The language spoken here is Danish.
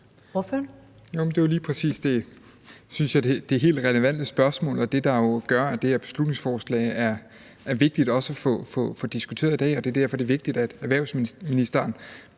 det helt relevante spørgsmål og det, der gør, at det her beslutningsforslag er vigtigt at få diskuteret i dag, og det er derfor, det er vigtigt,